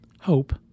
hope